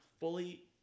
fully